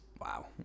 Wow